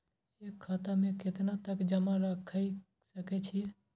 एक खाता में केतना तक जमा राईख सके छिए?